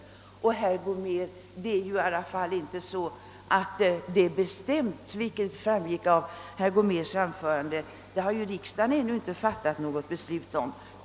I den frågan har ju, herr Gomér, riksdagen ännu inte fattat något beslut.